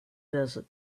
desert